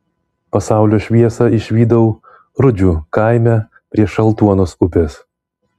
pasaulio šviesą išvydau rudžių kaime prie šaltuonos upės